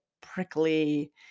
prickly